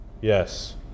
Yes